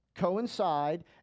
Coincide